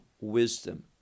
wisdom